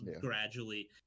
gradually